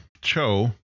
cho